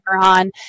on